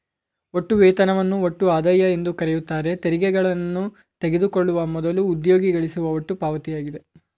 ಒಟ್ಟು ವೇತನವನ್ನು ಒಟ್ಟು ಆದಾಯ ಎಂದುಕರೆಯುತ್ತಾರೆ ತೆರಿಗೆಗಳನ್ನು ತೆಗೆದುಕೊಳ್ಳುವ ಮೊದಲು ಉದ್ಯೋಗಿ ಗಳಿಸುವ ಒಟ್ಟು ಪಾವತಿಯಾಗಿದೆ